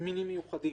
תסמינים מיוחדים,